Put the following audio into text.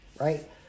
right